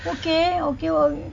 okay okay